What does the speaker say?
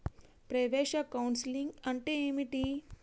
ప్రవేశ కౌన్సెలింగ్ అంటే ఏమిటి?